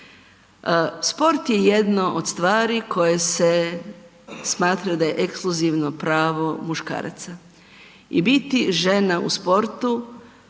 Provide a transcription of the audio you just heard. Sport je jedno od stvari koje se smatra da je ekskluzivno pravo muškaraca i biti žena u sportu,